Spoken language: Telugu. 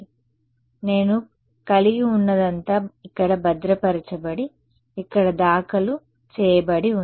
కాబట్టి నేను కలిగి ఉన్నదంతా ఇక్కడ భద్రపరచబడి ఇక్కడ దాఖలు చేయబడి ఉంది